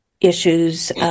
issues